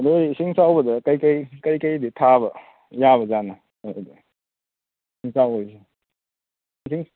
ꯑꯗꯣ ꯏꯁꯤꯡ ꯆꯥꯎꯕꯗ ꯀꯩꯀꯩ ꯀꯩꯀꯩꯗꯤ ꯊꯥꯕ ꯌꯥꯕ ꯖꯥꯠꯅꯣ ꯏꯁꯤꯡ ꯆꯥꯎꯕꯒꯤꯁꯦ ꯏꯁꯤꯡ